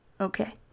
okay